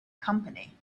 company